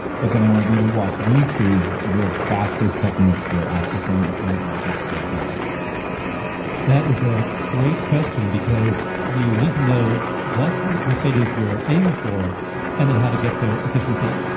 but then i want you to walk me through your fastest technique for accessing an altered state of consciousness that is a great question because you need to know what the the state is you're aiming for and then how to get there efficiently.